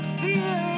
fear